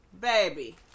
baby